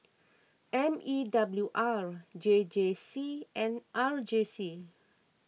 M E W R J J C and R J C